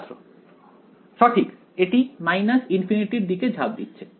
ছাত্র সঠিক এটি ∞ এর দিকে ঝাঁপ দিচ্ছে